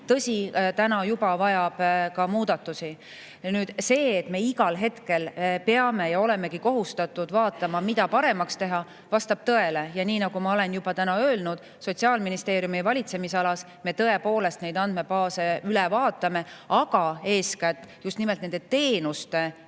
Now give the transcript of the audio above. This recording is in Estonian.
tõsi, juba vajab ka muudatusi. Nüüd see, et me igal hetkel peame ja olemegi kohustatud vaatama, mida paremaks teha, vastab tõele. Ja nagu ma olen juba täna öelnud, Sotsiaalministeeriumi valitsemisalas me tõepoolest neid andmebaase üle vaatame, aga eeskätt just nimelt teenuste